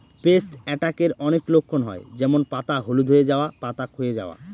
paste অ্যাটাকের অনেক লক্ষণ হয় যেমন পাতা হলুদ হয়ে যাওয়া, পাতা ক্ষয়ে যাওয়া